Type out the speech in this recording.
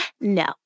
no